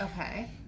Okay